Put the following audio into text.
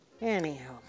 anyhow